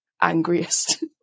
angriest